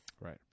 right